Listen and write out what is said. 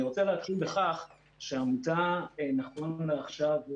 אני רוצה להתחיל בכך שהעמותה, נכון לעכשיו,